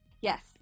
Yes